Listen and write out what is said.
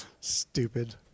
Stupid